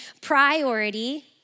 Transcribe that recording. priority